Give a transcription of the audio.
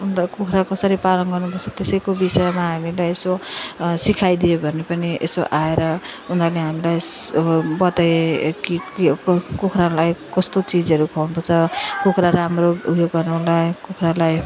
अन्त कुखुरा कसरी पालन गर्नु पर्छ त्यसको विषयमा हामीलाई यसो सिकाइदियो भने पनि यसो आएर उनीहरूले हामीलाई बताए कि कुखुरालाई कस्तो चिजहरू खुवाउनु पर्छ कुखुरा राम्रो उयो गर्नुलाई कुखुरालाई